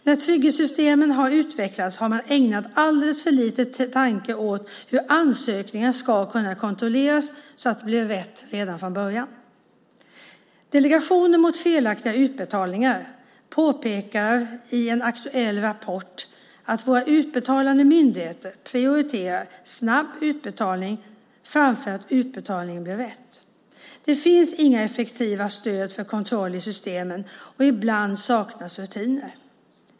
När trygghetssystemen har utvecklats har man ägnat alldeles för lite tanke åt hur ansökningar ska kunna kontrolleras så att det blir rätt redan från början. Delegationen mot felaktiga utbetalningar påpekar i en aktuell rapport att våra utbetalande myndigheter prioriterar snabb utbetalning framför att utbetalningen blir rätt. Det finns inga effektiva stöd för kontroll i systemen och ibland saknas rutiner.